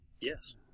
Yes